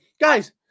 guys